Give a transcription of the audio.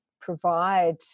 provide